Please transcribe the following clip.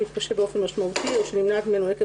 מתקשה באופן משמעותי או שנמנעת ממנו עקב